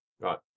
Right